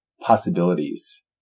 possibilities